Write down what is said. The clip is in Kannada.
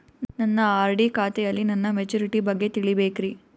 ನನ್ನ ಆರ್.ಡಿ ಖಾತೆಯಲ್ಲಿ ನನ್ನ ಮೆಚುರಿಟಿ ಬಗ್ಗೆ ತಿಳಿಬೇಕ್ರಿ